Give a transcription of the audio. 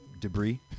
debris